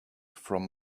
from